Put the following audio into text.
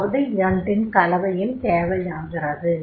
அதாவது இரண்டின் கலவையும் தேவையாகிறது